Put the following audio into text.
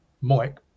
Mike